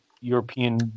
European